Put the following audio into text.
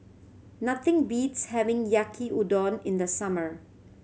nothing beats having Yaki Udon in the summer